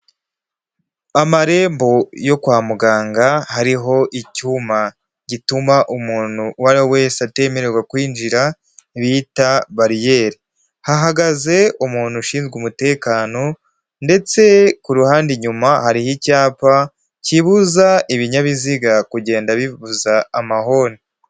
Amarembo yo kwa muganga hariho icyuma gituma umuntu uwo ari we wese atemererwa kwinjira bita bariyeri, hahagaze umuntu ushinzwe umutekano ndetse ku ruhande inyuma hariho icyapa kibuza ibinyabiziga kugenda bivuza amahoni.